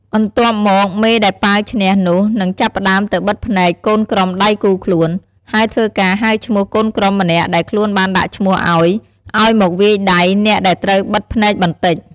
បន្ទាប់មកមេដែលប៉ាវឈ្នះនោះនឹងចាប់ផ្ដើមទៅបិទភ្នែកកូនក្រុមដៃគូខ្លួន ហើយធ្វើការហៅឈ្មោះកូនក្រុមម្នាក់ដែលខ្លួនបានដាក់ឈ្មោះឲ្យ ឲ្យមកវាយដៃអ្នកដែលត្រូវបិទភ្នែកបន្តិច។